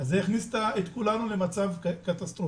לכן זה הכניס את כולנו למצב קטסטרופלי,